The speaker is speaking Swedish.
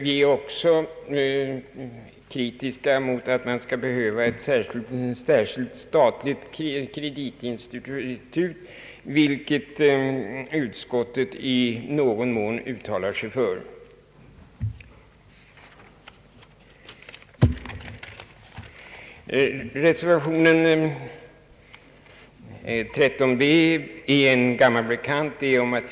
Vi är också kritiska mot att man skulle ha ett särskilt statligt kreditinstitut, vilket utskottet också i någon mån uttalar sig för. Reservation 13b är en gammal bekant.